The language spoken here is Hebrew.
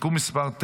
(תיקון מס' 9,